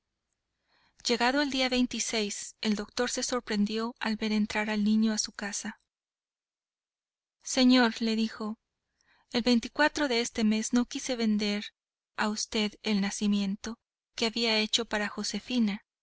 llegado el día el doctor se sorprendió al ver entrar al niño en su casa señor le dijo el de este mes no quise vender a v el nacimiento que había hecho para josefina